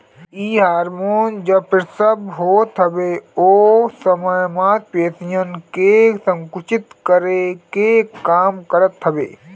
इ हार्मोन जब प्रसव होत हवे ओ समय मांसपेशियन के संकुचित करे के काम करत हवे